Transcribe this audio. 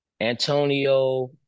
Antonio